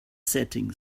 setting